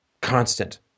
constant